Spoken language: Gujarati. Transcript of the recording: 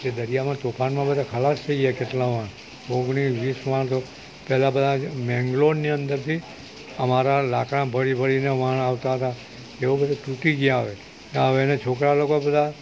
તે દરિયામાં તોફાનમાં બધા ખલાસ થઈ ગયા કેટલામાં ઓગણીસ વીસમાં તો પહેલાં બધા મેંગ્લોરની અંદરથી અમારા લાકડા ભરી ભરીને વહાણ આવતા હતા એવું બધુ ટૂટી ગયા હવે હવે ને છોકરા લોકો બધા